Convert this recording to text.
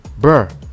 bruh